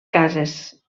cases